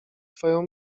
swoją